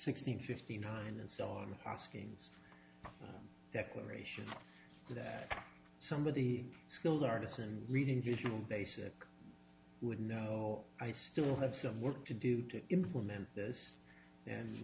sixteen fifty nine and so on hoskings decorations that somebody skilled artisan reading if you know basic would know i still have some work to do to implement this and